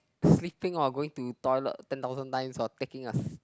sleeping or going to toilet ten thousand times or taking a